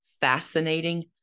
fascinating